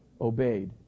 obeyed